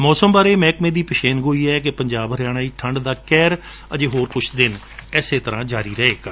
ਮੌਸਮ ਬਾਰੇ ਮਹਿਕਮੇ ਦੀ ਪੇਸ਼ੇਨਗੋਈ ਕੀਤੀ ਕਿ ਪੰਜਾਬ ਹਰਿਆਣਾ ਵਿਚ ਠੰਢ ਦਾ ਕਹਿਰ ਅਜੇ ਹੋਰ ਕੁਝ ਦਿਨ ਜਾਰੀ ਰਹੇਗਾ